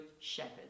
Shepherd